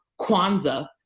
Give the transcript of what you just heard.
Kwanzaa